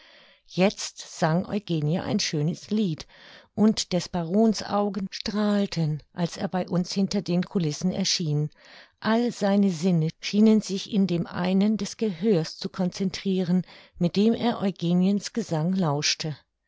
jetzt sang eugenie ein schönes lied und des baron's augen strahlten als er bei uns hinter den coulissen erschien all seine sinne schienen sich in dem einen des gehörs zu concentriren mit dem er eugeniens gesang lauschte